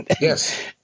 Yes